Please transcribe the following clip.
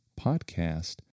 podcast